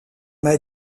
m’a